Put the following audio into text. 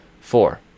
Four